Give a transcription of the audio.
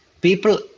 People